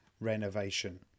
renovation